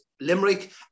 Limerick